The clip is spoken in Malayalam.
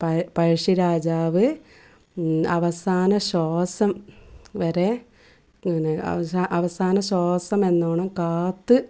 പഴ പഴശ്ശിരാജാവ് അവസാന ശ്വാസം വരെ പിന്നെ അവസാ അവസാന ശ്വാസമെന്നോണം കാത്ത്